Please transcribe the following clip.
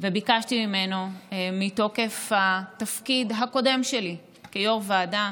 וביקשתי ממנו, מתוקף התפקיד הקודם שלי כיו"ר ועדה,